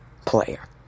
player